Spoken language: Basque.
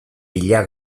bila